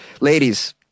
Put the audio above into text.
Ladies